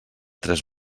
tres